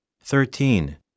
thirteen